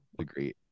Agreed